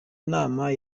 nama